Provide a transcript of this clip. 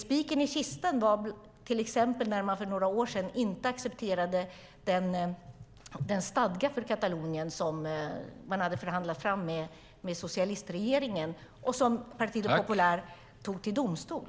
Spiken i kistan var när man för några år sedan inte accepterade den stadga för Katalonien som man hade förhandlat fram med socialistregeringen och som Partido Popular tog till domstol.